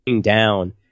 down